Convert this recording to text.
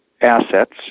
assets